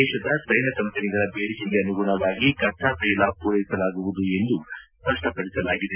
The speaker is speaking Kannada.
ದೇಶದ ತೈಲ ಕಂಪನಿಗಳ ಬೇಡಿಕೆಗೆ ಅನುಗುಣವಾಗಿ ಕಚ್ಚಾತೈಲ ಪೂರೈಸಲಾಗುವುದು ಎಂದು ಸ್ಪಷ್ಟಪಡಿಸಲಾಗಿದೆ